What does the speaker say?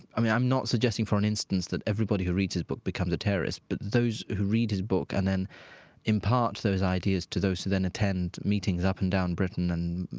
i mean, i'm not suggesting for an instance that everybody who reads his book becomes a terrorist, but those who read his book and then impart those ideas to those who then attend meetings up and down britain and,